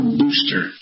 booster